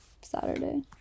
Saturday